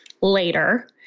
later